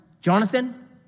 Jonathan